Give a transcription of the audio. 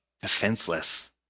defenseless